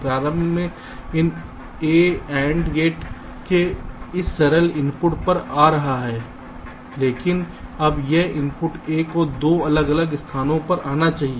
प्रारंभ में यह इनपुट A NAND गेट के इस एकल इनपुट पर आ रहा था लेकिन अब यह इनपुट A को 2 अलग अलग स्थानों पर आना चाहिए